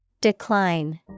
Decline